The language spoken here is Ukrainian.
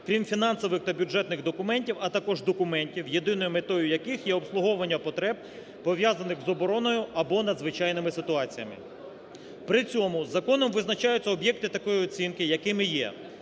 крім фінансових та бюджетних документів, а також документів, єдиною метою яких є обслуговування потреб, пов'язаних з обороною або надзвичайними ситуаціями. При цьому законом визначаються об'єкти такої оцінки, якими є